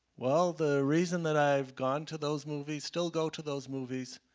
well, the reason that i have gone to those movies still go to those movies